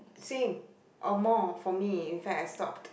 same amount for me in fact I stopped